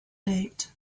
date